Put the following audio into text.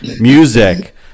music